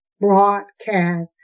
broadcast